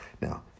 Now